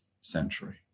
century